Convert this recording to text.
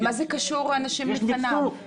מה זה קשור האנשים לפניו?